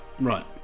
Right